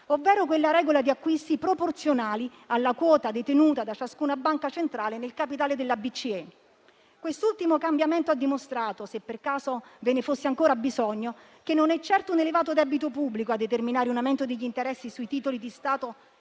ovvero quella regola di acquisti proporzionali alla quota detenuta da ciascuna Banca centrale nel capitale della BCE. Quest'ultimo cambiamento ha dimostrato, se per caso ve ne fosse ancora bisogno, che non è certo un elevato debito pubblico a determinare un aumento degli interessi sui titoli di Stato